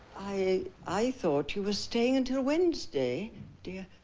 i i thought you were staying until wednesday dear.